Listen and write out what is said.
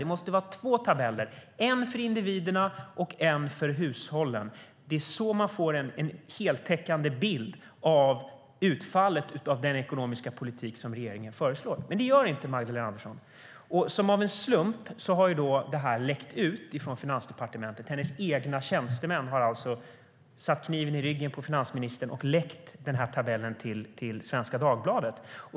Det måste vara två tabeller - en för individerna och en för hushållen. Det är så man får en heltäckande bild av utfallet av den ekonomiska politik regeringen föreslår. Det erbjuder dock inte Magdalena Andersson. Som av en slump har detta läckt ut från Finansdepartementet. Finansministerns egna tjänstemän har alltså satt kniven i ryggen på henne och läckt tabellen till Svenska Dagbladet.